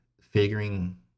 figuring